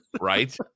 right